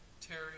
Terry